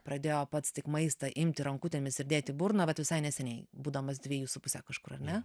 pradėjo pats tik maistą imti rankutėmis ir dėti į burną vat visai neseniai būdamas dvejų su puse kažkur ane